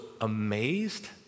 amazed